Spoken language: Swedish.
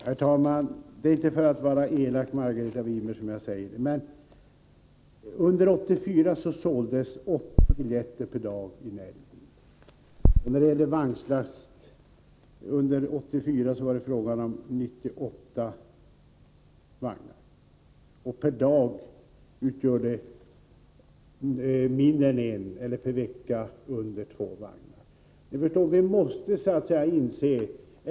Herr talman! Det är inte för att vara elak, Margareta Winberg, som jag järnvägssträckan säger följande, men under 1984 såldes i Nälden 8 biljetter per dag. Vad gällde — Västervik vagnslaster under 1984 var det fråga om 98 vagnar — per dag mindre än en Bjärka-Säby till vagn och per vecka mindre än två vagnar.